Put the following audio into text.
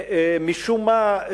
שמשום מה,